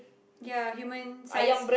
ya human size